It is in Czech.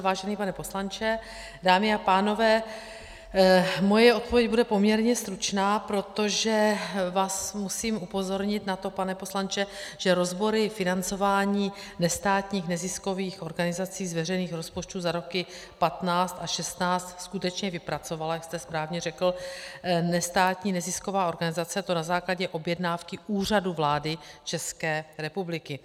Vážený pane poslanče, dámy a pánové, moje odpověď bude poměrně stručná, protože vás musím upozornit na to, pane poslanče, že rozbory financování nestátních neziskových organizací z veřejných rozpočtů za roky 2015 a 2016 skutečně vypracovala, jak jste správně řekl, nestátní nezisková organizace, a to na základě objednávky Úřadu vlády České republiky.